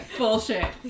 bullshit